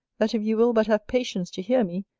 that if you will but have patience to hear me,